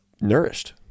nourished